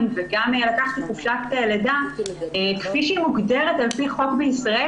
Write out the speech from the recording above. וגם לקחתי חופשת לידה כפי שהיא מוגדרת על פי חוק בישראל,